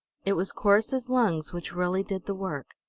it was corrus's lungs which really did the work.